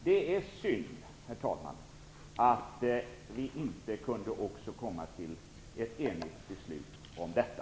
Det är synd att vi inte också kunde komma till ett enigt beslut om detta.